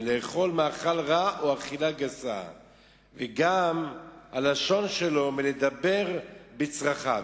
מלאכול מאכל רע או אכילה גסה וגם את הלשון שלו מלדבר בצרכיו.